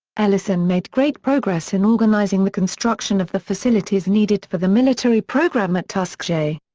ellison made great progress in organizing the construction of the facilities needed for the military program at tuskegee.